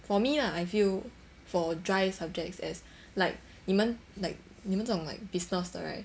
for me lah I feel for dry subjects as like 你们 like 你们这种 like business 的 right